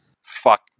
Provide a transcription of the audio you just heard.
fuck